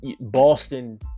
Boston